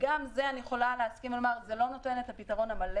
וגם בזה אני יכולה להסכים עם אריק שזה לא נותן את הפתרון המלא.